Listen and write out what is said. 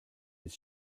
its